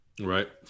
right